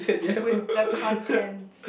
with the contents